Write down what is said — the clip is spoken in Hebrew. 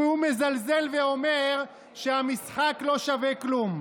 והוא מזלזל ואומר שהמשחק לא שווה כלום,